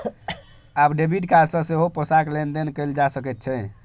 आब debit card सँ सेहो पैसाक लेन देन कैल जा सकैत छै